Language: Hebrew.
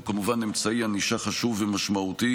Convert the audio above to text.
הוא כמובן אמצעי ענישה חשוב ומשמעותי,